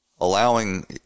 allowing